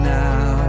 now